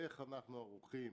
איך אנו ערוכים